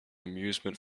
amusement